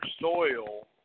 soil